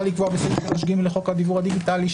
לקבוע בסעיף 3ג לחוק הדיוור הדיגיטלי,